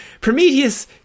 Prometheus